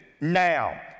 now